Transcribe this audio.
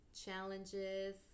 challenges